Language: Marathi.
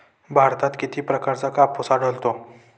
भारतात किती प्रकारचा कापूस आढळतो?